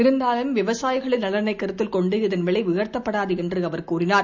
இருந்தாலும் விவசாயிகளின் நலனைக் கருத்தில் கொண்டு இதன் விலை உயர்த்தப்படாது என்று அவர் கூறினார்